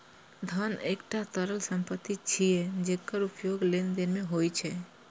धन एकटा तरल संपत्ति छियै, जेकर उपयोग लेनदेन मे होइ छै